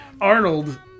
Arnold